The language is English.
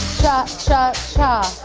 cha, cha, cha.